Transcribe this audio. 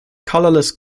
colorless